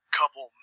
couple